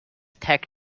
tech